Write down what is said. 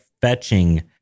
fetching